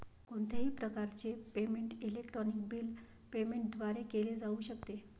कोणत्याही प्रकारचे payment electronic bill payment द्वारे केले जाऊ शकते